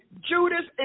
Judas